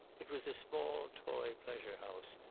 it was a small toy pleasure-house,